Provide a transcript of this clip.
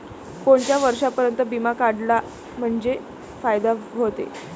कोनच्या वर्षापर्यंत बिमा काढला म्हंजे फायदा व्हते?